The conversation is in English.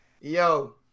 Yo